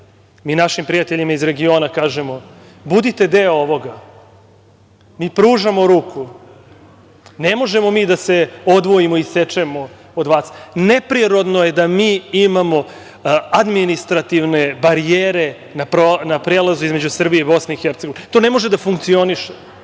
mi našim prijateljima iz regiona kažemo - budite deo ovoga, mi pružamo ruku, ne možemo mi da se odvojimo i isečemo od vas, neprirodno je da mi imamo administrativne barijere na prelazu između Srbije i Bosne i Hercegovine. To ne može da funkcioniše.